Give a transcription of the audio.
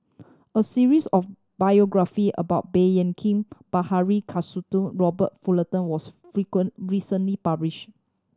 a series of biography about Baey Yam Keng Bilahari Kausikan Robert Fullerton was recently published